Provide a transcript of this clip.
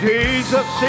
Jesus